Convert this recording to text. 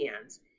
hands